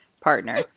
partner